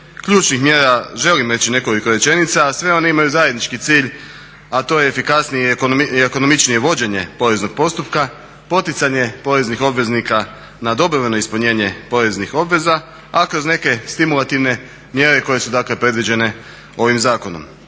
ključnih mjera želim reći nekoliko rečenica, a sve one imaju zajednički cilj, a to je efikasnije i ekonomičnije vođenje poreznog postupka, poticanje poreznih obveznika na dobrovoljno ispunjenje poreznih obveza, a kroz neke stimulativne mjere koje su dakle predviđene ovim zakonom,